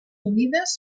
humides